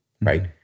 right